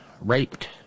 raped